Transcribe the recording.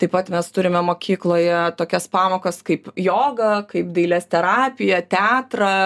taip pat mes turime mokykloje tokias pamokas kaip joga kaip dailės terapija teatrą